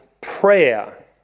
prayer